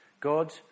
God